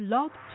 Love